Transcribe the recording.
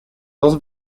dos